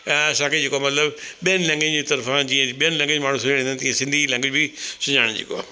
ऐं असांखे जेको मतिलबु ॿियनि लैंगवेज जे तरफा जीअं ॿियनि लैंगवेज माण्हू सेखारींदा इन्हनि खे सिंधी लैंगवेज बि सुञाणे जेको आहे